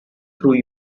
through